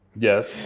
Yes